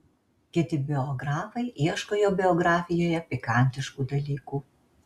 kiti biografai ieško jo biografijoje pikantiškų dalykų